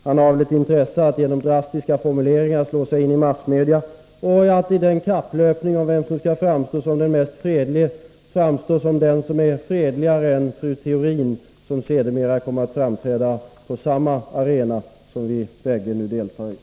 Han har väl ett intresse av att genom drastiska formuleringar slå sig in i massmedia och att i kapplöpningen om vem som skall framstå som den mest fredliga framställa sig som den som är fredligare än fru Theorin, som senare kommer att framträda på samma arena som vi bägge nu framträder på.